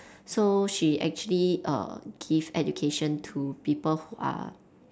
so she actually err give education to people who are